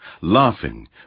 laughing